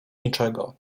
niczego